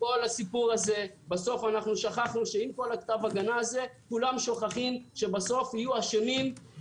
בכל הסיפור הזה בסוף שכחנו שעם כתב ההגנה הזה בסוף יהיו אשמים,